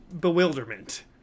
bewilderment